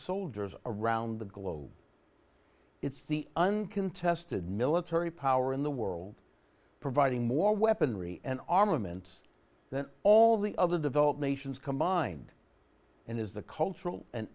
soldiers around the globe it's the uncontested military power in the world providing more weaponry and armaments than all the other developed nations combined and as the cultural and